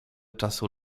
czasu